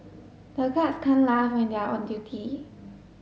the guards can't laugh when they are on duty